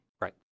Right